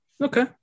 Okay